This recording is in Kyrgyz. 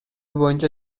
боюнча